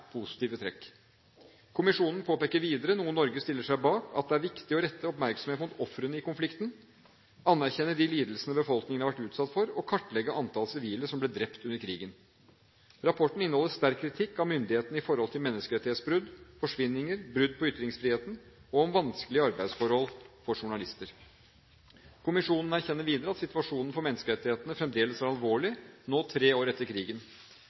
positive trekk. Kommisjonen påpeker videre, noe Norge stiller seg bak, at det er viktig å rette oppmerksomhet mot ofrene i konflikten, anerkjenne de lidelsene befolkningen har vært utsatt for, og kartlegge antall sivile som ble drept under krigen. Rapporten inneholder sterk kritikk av myndighetene når det gjelder menneskerettighetsbrudd, forsvinninger, brudd på ytringsfriheten og vanskelige arbeidsforhold for journalister. Kommisjonen erkjenner videre at situasjonen for menneskerettighetene fremdeles er alvorlig nå tre år etter krigen.